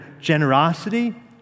generosity